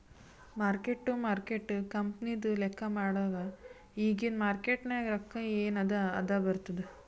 mark to market ಕಂಪನಿದು ಲೆಕ್ಕಾ ಮಾಡಾಗ್ ಇಗಿಂದ್ ಮಾರ್ಕೇಟ್ ನಾಗ್ ರೊಕ್ಕಾ ಎನ್ ಅದಾ ಅದೇ ಬರ್ತುದ್